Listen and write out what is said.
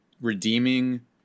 redeeming